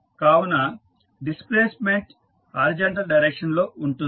కావున displacement horizontal direction లో ఉంటుంది